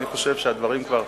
אני חושב שהדברים כבר,